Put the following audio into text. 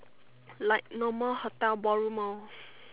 like normal hotel ballroom loh